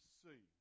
see